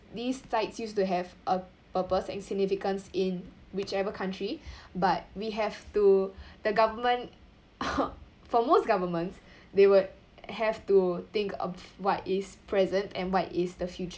these sites used to have a purpose and significance in whichever country but we have to the government for most governments they would have to think of what is present and what is the future